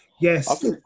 yes